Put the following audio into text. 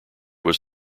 was